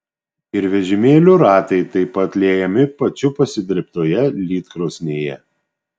ir vežimėlių ratai taip pat liejami pačių pasidirbtoje lydkrosnėje